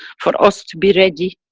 for us to be ready